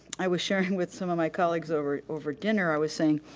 i was sharing with some of my colleagues over over dinner, i was saying,